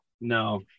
No